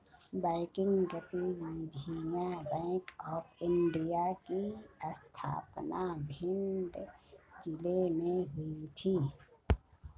banking गतिविधियां bank of India की स्थापना भिंड जिले में हुई थी